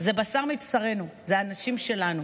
זה בשר מבשרנו, אלה האנשים שלנו.